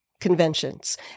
conventions